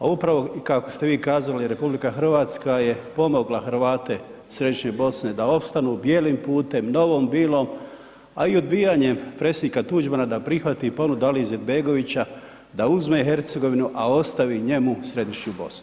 A upravo i kako ste vi kazali RH je pomogla Hrvate Središnje Bosne da opstanu, Bijelim putem, Novom Bilom a i odbijanjem predsjednika Tuđmana da prihvati ponudu Alije Izetbegovića da uzme Hercegovinu a ostavi njemu Središnju Bosnu.